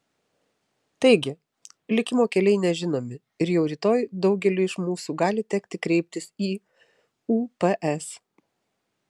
taigi likimo keliai nežinomi ir jau rytoj daugeliui iš mūsų gali tekti kreiptis į ups